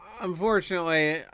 Unfortunately